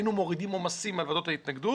היינו מורידים עומסים מוועדות ההתנגדות